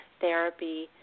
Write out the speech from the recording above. therapy